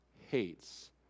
hates